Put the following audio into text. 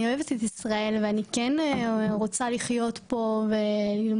אני אוהבת את ישראל ואני כן רוצה לחיות פה וללמוד,